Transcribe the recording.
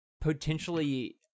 potentially